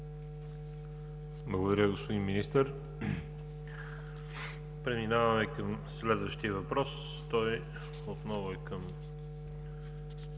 Благодаря Ви, господин Министър. Преминаваме към следващия въпрос. Той отново е към